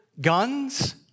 guns